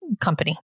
company